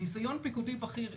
ניסיון פיקודי בכיר,